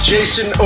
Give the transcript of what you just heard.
Jason